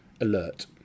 alert